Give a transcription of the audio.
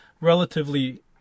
relatively